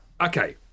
Okay